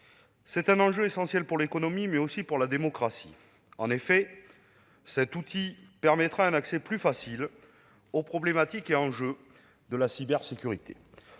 d'un enjeu essentiel tant pour l'économie que pour la démocratie. En effet, l'outil proposé permettra un accès plus facile aux problématiques et enjeux de la cybersécurité,